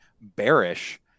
bearish